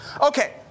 Okay